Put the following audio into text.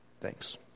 Thanks